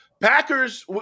Packers